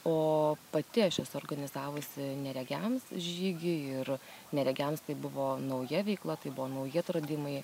o pati aš esu organizavusi neregiams žygį ir neregiams tai buvo nauja veikla tai buvo nauji atradimai